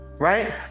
right